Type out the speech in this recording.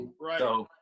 Right